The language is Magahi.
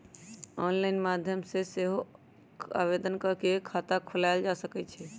ऑनलाइन माध्यम से सेहो आवेदन कऽ के खता खोलायल जा सकइ छइ